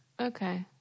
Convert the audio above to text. Okay